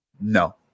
No